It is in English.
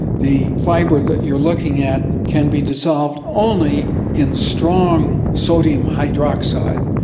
the fibre that you're looking at can be dissolved only in strong sodium hydroxide,